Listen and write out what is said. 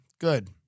Good